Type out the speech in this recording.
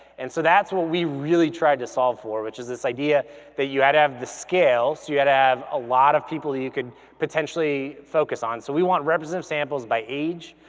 and so that's what we really tried to solve for, which is this idea that you had to have the scale, so you had to have a lot of people that you could potentially focus on. so we want representative samples by age,